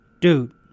Dude